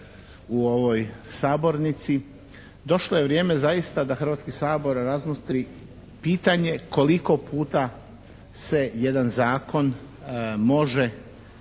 u ovoj sabornici. Došlo je vrijeme zaista da Hrvatski sabor razmotri pitanje koliko puta se jedan zakon može